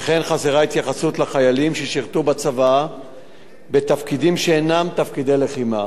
וכן חסרה התייחסות לחיילים ששירתו בצבא בתפקידים שאינם תפקידי לחימה.